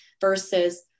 versus